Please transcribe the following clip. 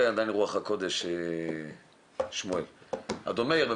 אדון מאיר חזוני